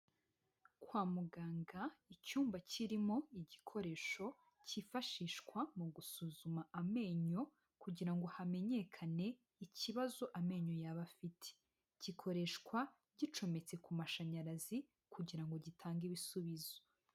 Kwa muganga icyumba kirimo igikoresho cyifashishwa mu gusuzuma amenyo kugira ngo hamenyekane ikibazo amenyo yaba afite. Gikoreshwa gicometse ku mashanyarazi kugira ngo gitange ibisubizo.